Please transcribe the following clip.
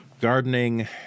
Gardening